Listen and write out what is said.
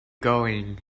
going